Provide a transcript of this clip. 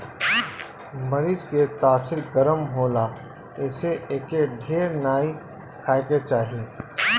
मरीच के तासीर गरम होला एसे एके ढेर नाइ खाए के चाही